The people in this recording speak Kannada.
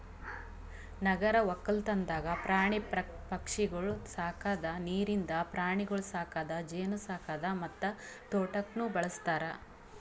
ನಗರ ಒಕ್ಕಲ್ತನದಾಗ್ ಪ್ರಾಣಿ ಪಕ್ಷಿಗೊಳ್ ಸಾಕದ್, ನೀರಿಂದ ಪ್ರಾಣಿಗೊಳ್ ಸಾಕದ್, ಜೇನು ಸಾಕದ್ ಮತ್ತ ತೋಟಕ್ನ್ನೂ ಬಳ್ಸತಾರ್